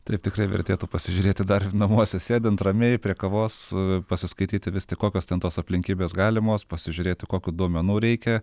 taip tikrai vertėtų pasižiūrėti dar ir namuose sėdint ramiai prie kavos pasiskaityti vis tik kokios ten tos aplinkybės galimos pasižiūrėti kokių duomenų reikia